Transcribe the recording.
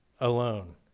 alone